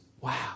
Wow